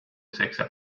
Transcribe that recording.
seksen